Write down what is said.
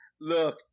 Look